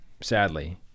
sadly